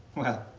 well,